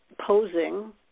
posing